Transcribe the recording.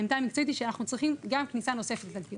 העמדה המקצועית היא שאנחנו צריכים גם כניסה נוספת לתלפיות.